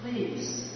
Please